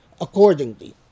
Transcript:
accordingly